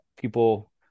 people